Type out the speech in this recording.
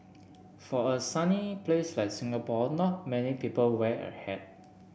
for a sunny place like Singapore not many people wear a hat